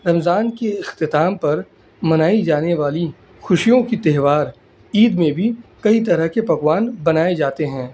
رمضان کے اختتام پر منائی جانے والی خوشیوں کی تہوار عید میں بھی کئی طرح کے پکوان بنائے جاتے ہیں